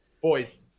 Boys